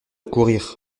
courir